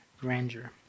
grandeur